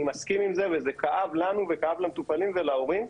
אני מסכים עם זה וזה כאב לנו וכאב למטופלים ולהורים.